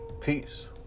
Peace